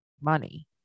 money